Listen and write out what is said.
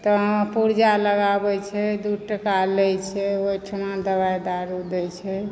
तऽ पुरजा लगाबै छै दू टका लै छै ओहिठमा दबाइ दारू दै छै